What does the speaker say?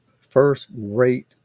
first-rate